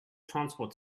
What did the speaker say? transport